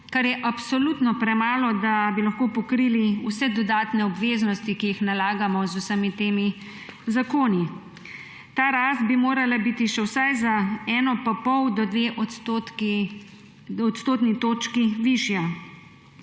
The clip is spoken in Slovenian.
kar je absolutno premalo, da bi lahko pokrili vse dodatne obveznosti, ki jih nalagamo z vsemi temi zakoni. Ta rast bi morala biti še vsaj za od 1,5 do 2 odstotni točki višja.